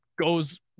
goes